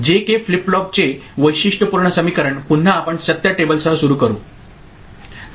जे K flip फ्लॉपचे वैशिष्ट्यपूर्ण समीकरण पुन्हा आपण सत्य टेबलसह सुरू करू